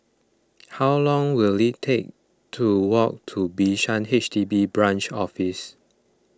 how long will it take to walk to Bishan H D B Branch Office